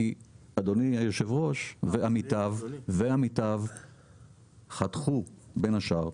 כי אדוני יושב הראש ועמיתיו חתכו בין השאר,